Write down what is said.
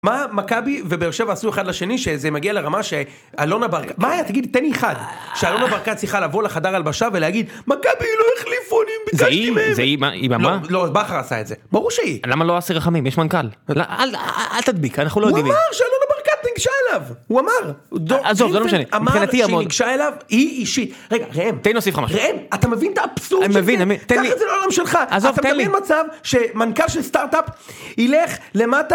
מה מכבי ובאר שבע עשו אחד לשני שזה מגיע לרמה שאלונה ברקת... מה היה תגיד? תן לי אחד. שאלונה ברקת צריכה לבוא לחדר הלבשה ולהגיד מכבי לא החליפו. אני ביקשתי מהם. זה היא? זה היא מה? לא בכר עשה את זה, ברור שהיא, למה לא אסי רחמים? יש מנכל. אל תדביק אנחנו לא יודעים מי. הוא אמר שאלונה ברקת נגשה אליו, הוא אמר, עזוב זה לא משנה. הוא אמר שהיא נגשה אליו, היא אישית. רגע ראם... תן לי נוסיף לך משהו. ראם אתה מבין את האבסורד של זה? אני מבין תן לי. ככה זה בעולם שלך. אתה מדמיין מצב שמנכ"ל של סטרטאפ ילך למטה...